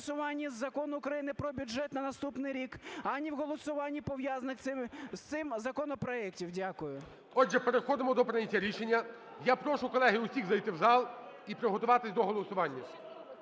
Отже, переходимо до прийняття рішення. Я прошу, колеги, усіх зайти в зал і приготуватися до голосування.